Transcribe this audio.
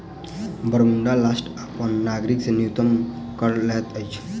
Bermuda राष्ट्र अपन नागरिक से न्यूनतम कर लैत अछि